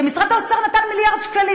שמשרד האוצר נתן מיליארד שקלים.